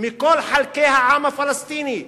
מכל חלקי העם הפלסטיני.